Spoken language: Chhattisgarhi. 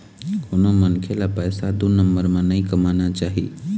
कोनो मनखे ल पइसा दू नंबर म नइ कमाना चाही